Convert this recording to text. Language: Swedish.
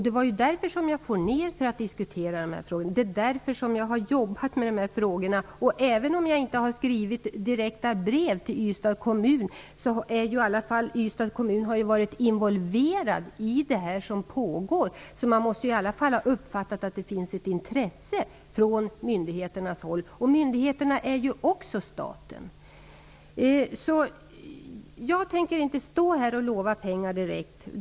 Det var därför jag for ner för att diskutera de här frågorna, och det är därför jag har arbetat med frågorna. Även om jag inte har skrivit brev direkt till Ystads kommun har Ystad varit involverad i det arbete som pågår. Man måste åtminstone ha uppfattat att det finns ett intresse från myndigheternas håll. Myndigheterna tillhör också staten. Jag tänker inte stå och lova ut några pengar.